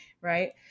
right